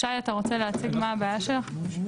שי, אתה רוצה להציג מה הבעיה שם?